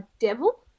devil